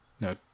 No